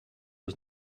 was